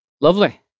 lovely